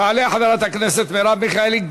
תעלה חברת הכנסת מרב מיכאלי.